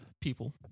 people